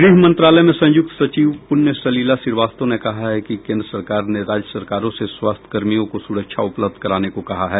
गृह मंत्रालय में संयुक्त सचिव पूण्य सलिला श्रीवास्तव ने कहा कि केंद्र सरकार ने राज्य सरकारों से स्वास्थ्यकर्मियों को सुरक्षा उपलब्ध कराने को कहा है